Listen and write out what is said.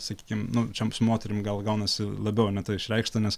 sakykim nu čia su moterim gal gaunasi labiau tai išreikšta nes